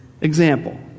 example